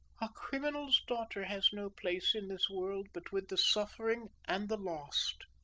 a criminal's daughter has no place in this world but with the suffering and the lost